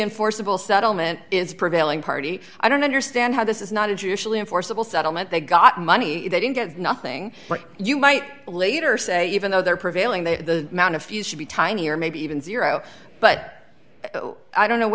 enforceable settlement is prevailing party i don't understand how this is not a judicially enforceable settlement they got money they didn't get nothing but you might later say even though they're prevailing the amount a few should be tiny or maybe even zero but i don't know